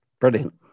Brilliant